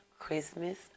christmas